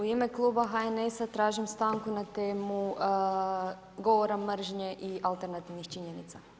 U ime kluba HNS-a tražim stanku na temu govora mržnje i alternativnih činjenica.